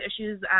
issues